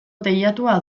teilatua